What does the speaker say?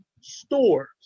stores